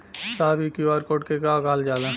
साहब इ QR code के के कहल जाला?